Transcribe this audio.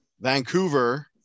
Vancouver